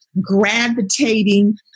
gravitating